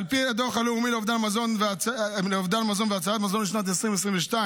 על פי הדוח הלאומי לאובדן מזון והצלת מזון לשנת 2022,